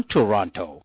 Toronto